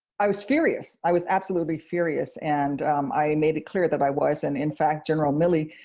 i was furious. i was absolutely furious. and i made it clear that i was, and in fact, general milley,